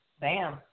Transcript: bam